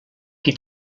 qui